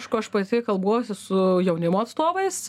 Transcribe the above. aišku aš pati kalbuosi su jaunimo atstovais